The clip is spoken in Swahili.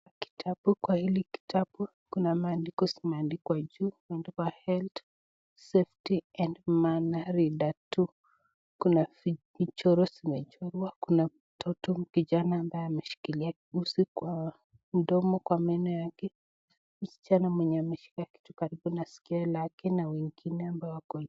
Kitabu kwa hili kitabu kuna maandiko zimeandikwa juu . Imeandikwa (health, safety and manareder 2) kuna michoro zimechorwa kuna mtoto kijana ambaye ameshikilia uzi kwa mdomo kwa meno yake, msichana mwenye ameshika kitu karibu na sikio lake na wengine ambao wako...